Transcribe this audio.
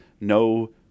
No